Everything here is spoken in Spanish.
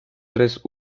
tres